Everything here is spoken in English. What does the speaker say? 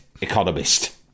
economist